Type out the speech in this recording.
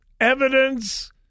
evidence